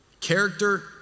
Character